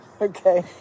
okay